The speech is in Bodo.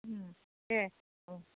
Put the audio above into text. दे औ